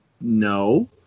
no